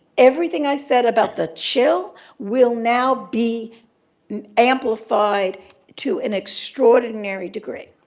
everything i said about the chill will now be amplified to an extraordinary degree.